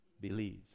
believes